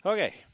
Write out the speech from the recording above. Okay